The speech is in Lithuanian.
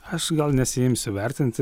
aš gal nesiimsiu vertinti